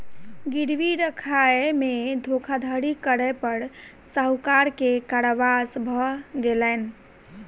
गिरवी राखय में धोखाधड़ी करै पर साहूकार के कारावास भ गेलैन